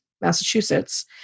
Massachusetts